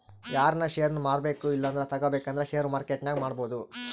ಯಾರನ ಷೇರ್ನ ಮಾರ್ಬಕು ಇಲ್ಲಂದ್ರ ತಗಬೇಕಂದ್ರ ಷೇರು ಮಾರ್ಕೆಟ್ನಾಗ ಮಾಡ್ಬೋದು